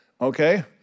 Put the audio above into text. Okay